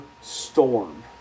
storm